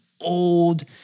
old